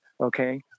Okay